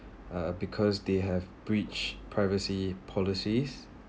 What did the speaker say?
uh because they have breached privacy policies